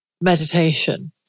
meditation